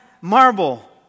marble